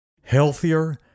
healthier